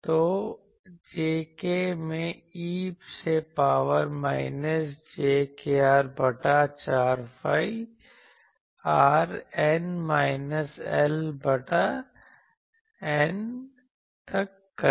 तो jk में e से पॉवर माइनस j kr बटा 4 phi r N minus L बटा η तक करें